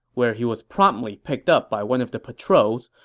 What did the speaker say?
where he was promptly picked up by one of the patrols,